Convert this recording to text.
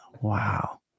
wow